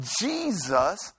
jesus